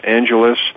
Angeles